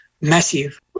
massive